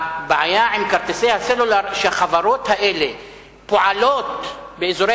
הבעיה עם כרטיסי הסלולר היא שהחברות האלה פועלות באזורי